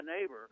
neighbor